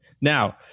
Now